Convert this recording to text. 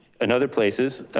in other places,